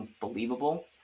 believable